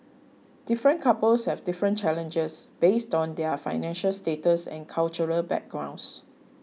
different couples have different challenges based on their financial status and cultural backgrounds